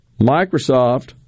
Microsoft